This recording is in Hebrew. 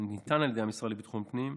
שניתן על ידי המשרד לביטחון פנים,